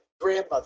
grandmother